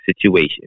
situation